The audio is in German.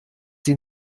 sie